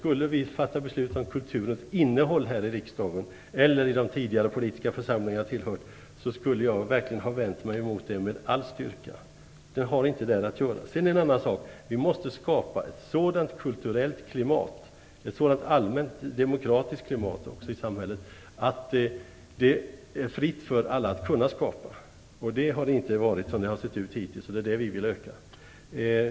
Skulle vi försökt fatta beslut här i riksdagen eller i andra politiska församlingar jag tillhört om kulturens innehåll, skulle jag ha vänt mig emot det med all styrka. Sådana beslut har inte där att göra. Sedan är det en annan sak att vi måste skapa ett sådant kulturellt klimat, ett allmänt demokratiskt klimat i samhället, att det är fritt för alla att kunna skapa. Så har det inte varit hittills, och det är detta vi vill förbättra.